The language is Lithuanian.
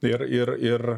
ir ir ir